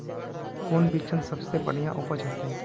कौन बिचन सबसे बढ़िया उपज होते?